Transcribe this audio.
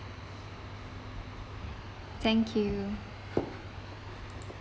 thank you